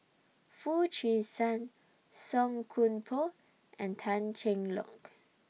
Foo Chee San Song Koon Poh and Tan Cheng Lock